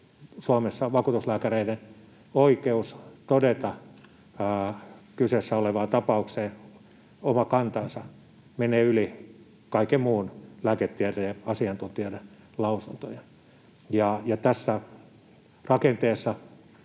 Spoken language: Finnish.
Suomessa vakuutuslääkäreiden oikeus todeta kyseessä olevaan tapaukseen oma kantansa menee yli kaiken muun, lääketieteen asiantuntijoiden lausuntojen, ja tässä rakenteessa